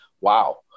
wow